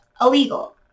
illegal